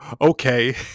Okay